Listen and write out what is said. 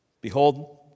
Behold